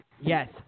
Yes